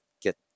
get